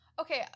Okay